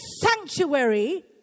sanctuary